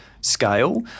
scale